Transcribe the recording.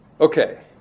Okay